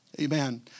Amen